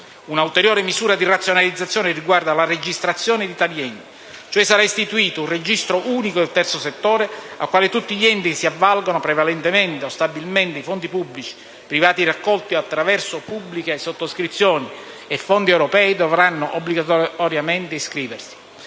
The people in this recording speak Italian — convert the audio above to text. Un'ulteriore misura di razionalizzazione riguarda la registrazione di tali enti: sarà istituito un registro unico del terzo settore, al quale tutti gli enti che si avvalgano «prevalentemente o stabilmente» di fondi pubblici e privati, raccolti attraverso pubbliche sottoscrizioni e fondi europei dovranno, dovranno obbligatoriamente iscriversi.